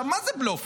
מה זה בלוף?